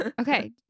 okay